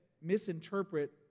misinterpret